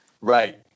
Right